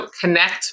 connect